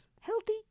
Healthy